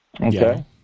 Okay